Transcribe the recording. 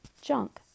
Junk